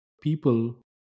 people